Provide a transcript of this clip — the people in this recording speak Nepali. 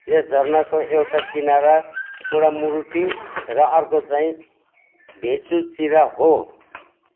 यस झर्नाको एउटा किनारा कुडामुरुट्टी र अर्कोचाहिँ भेचुचिरा हो